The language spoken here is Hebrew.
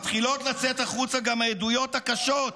מתחילים לצאת החוצה גם העדויות הקשות,